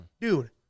Dude